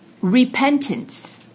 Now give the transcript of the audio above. Repentance